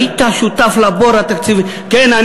"היית שותף לבור התקציבי" כן,